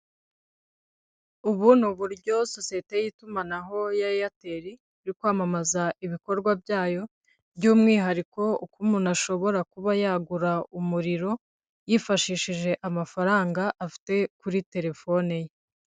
Ubu ni uburyo sosiyete y'itumanaho ya AIRTEL, iri kwamamaza ibikorwa byayo by'umwihariko uko umuntu ashobora kuba yagura umuriro yifashishije amafaranga afite kuri telefoni ye.